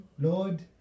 lord